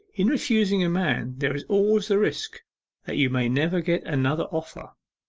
in refusing a man there is always the risk that you may never get another offer